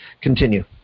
continue